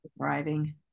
Surviving